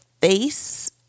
face